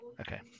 Okay